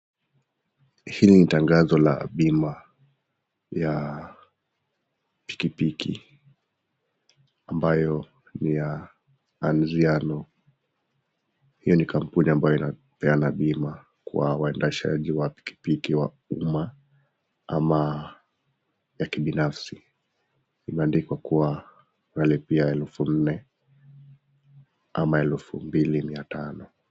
Hili ni tangazo la bima ya pikipiki ambayo ni ya Anziano. Hiyo ni kampuni ambayo inapeana bima kwa waendeshaji wa pikipiki wa umma ama ya kibinafsi. Imeandikwa kuwa unalipia elfu nne ama elfu mbili mia tano.